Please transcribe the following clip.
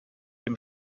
dem